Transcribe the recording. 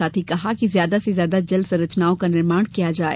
साथ ही कहा कि ज्यादा से ज्यादा जल संरचनाओं का निर्माण किया जाए